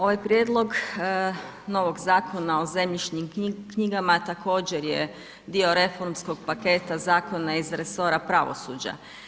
Ovaj prijedlog novog Zakona o zemljišnim knjigama, također je dio reformskog paketa zakona iz resora pravosuđa.